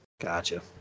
gotcha